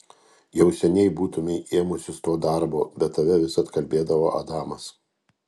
jau seniai būtumei ėmusis to darbo bet tave vis atkalbėdavo adamas